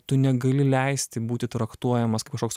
tu negali leisti būti traktuojamas kaip kažkoks